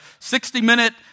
60-minute